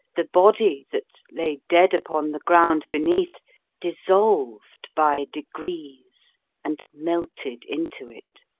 the body that lay dead upon the ground beneath dissolved by degrees and melted into it.